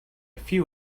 few